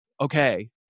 okay